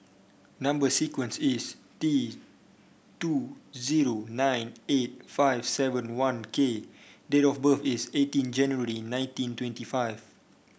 number sequence is T two zero nine eight five seven one K date of birth is eighteen January nineteen twenty five